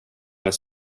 med